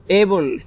able